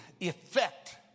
effect